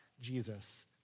Jesus